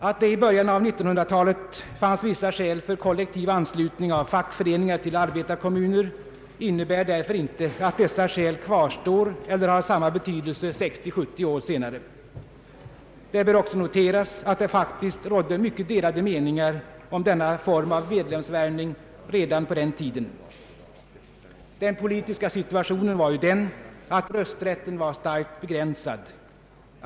Att det i början av 1900-talet fanns vissa skäl för kollektiv anslutning av fackföreningar till arbetarkommuner innebär därför inte att dessa skäl kvarstår eller har samma betydelse 60—70 år senare. Det bör också noteras att det faktiskt rådde mycket delade meningar om denna form av medlemsvärvning redan på den tiden. Den politiska situationen var ju den att rösträtten var starkt begränsad.